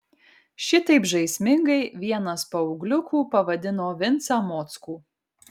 šitaip žaismingai vienas paaugliukų pavadino vincą mockų